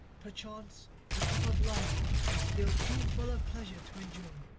perchance the cup of life is filled too full of pleasure to endure.